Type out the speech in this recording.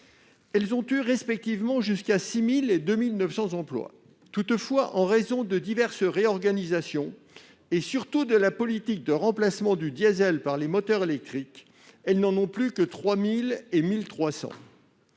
Elles ont eu respectivement jusqu'à 6 000 et 2 900 emplois. Toutefois, en raison de diverses réorganisations et surtout de la politique de remplacement du diesel par des moteurs électriques, elles n'en ont plus que 3 000 et 1 300.